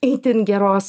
itin geros